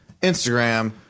Instagram